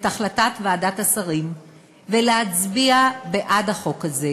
החלטת ועדת השרים ולהצביע בעד החוק הזה,